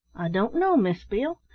don't know, miss beale.